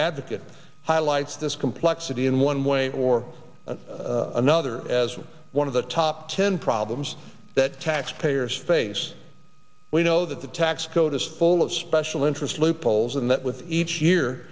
advocate highlights this complexity in one way or another as one of the top ten problems that taxpayers face we know that the tax code is full of special interest loopholes and that with each year